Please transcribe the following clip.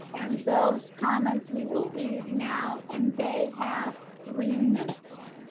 and those comments we will read now and they have three minutes.